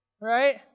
right